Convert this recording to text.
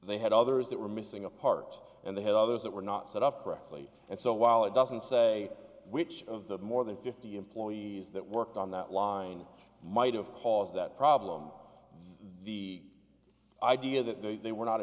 adjusted they had others that were missing a part and they had others that were not set up correctly and so while it doesn't say which of the more than fifty employees that worked on that line might have caused that problem the idea that they were not